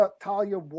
Talia